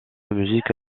musique